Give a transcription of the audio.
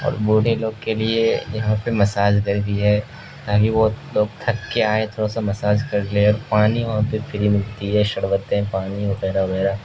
اور بوڑھے لوگ کے لیے یہاں پہ مساج گھر بھی ہے تاکہ وہ لوگ تھک کے آئیں تھوڑا سا مساج کر لیں اور پانی وہاں پہ فری ملتی ہے شربت پانی وغیرہ وغیرہ